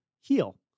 heal